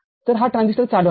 तरहा ट्रान्झिस्टरचालू आहे